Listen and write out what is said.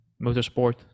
motorsport